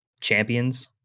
champions